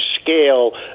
scale